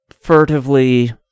furtively